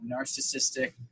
narcissistic